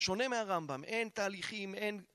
שונה מהרמב״ם. אין תהליכים, אין